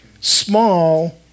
Small